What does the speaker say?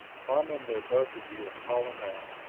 climb in there, both of you, and haul him out.